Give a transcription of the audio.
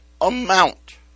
amount